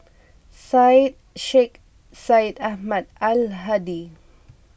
Syed Sheikh Syed Ahmad Al Hadi